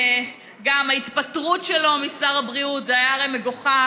גם ההתפטרות שלו ממשרד הבריאות, זה היה הרי מגוחך.